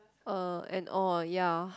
uh and all ya